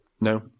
no